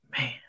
Man